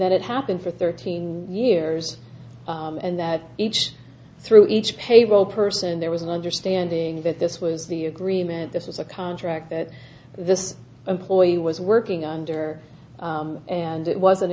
that it happened for thirteen years and that each through each payroll person there was an understanding that this was the agreement this was a contract that this employee was working under and it wasn't